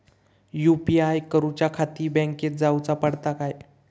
UPI करूच्याखाती बँकेत जाऊचा पडता काय?